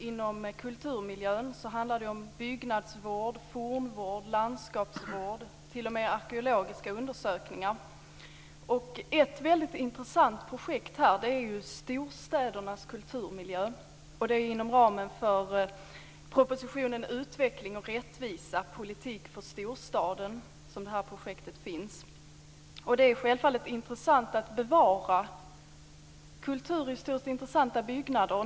Inom kulturmiljön handlar det om byggnadsvård, fornminnesvård, landskapsvård och t.o.m. arkeologiska undersökningar. Ett väldigt intressant projekt i det här sammanhanget är Storstädernas kulturmiljö, och det ligger inom ramen för propositionen Utveckling och rättvisa - politik för storstaden. Det är bra att man bevarar kulturhistoriskt intressanta byggnader.